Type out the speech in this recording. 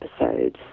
episodes